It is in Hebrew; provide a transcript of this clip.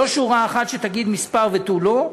לא שורה אחת שתגיד מספר ותו לא,